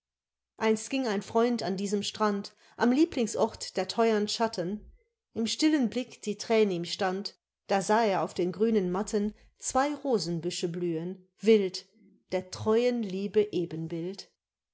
einst ging ein freund an diesem strand am lieblingsort der theuern schatten im stillen blick die thrän ihm stand da sah er auf den grünen matten zwei rosenbüsche blühen wild der treuen liebe ebenbild